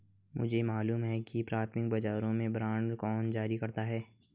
मुझे मालूम है कि प्राथमिक बाजारों में बांड कौन जारी करता है